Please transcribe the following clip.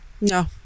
No